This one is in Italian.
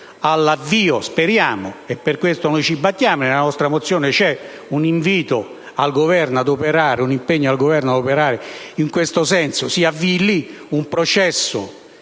all'avvio - speriamo: per questo ci battiamo e nella nostra mozione c'è un impegno al Governo a operare in questo senso - di un processo